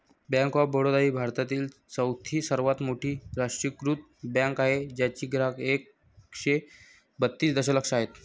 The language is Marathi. बँक ऑफ बडोदा ही भारतातील चौथी सर्वात मोठी राष्ट्रीयीकृत बँक आहे ज्याचे ग्राहक एकशे बत्तीस दशलक्ष आहेत